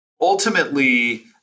Ultimately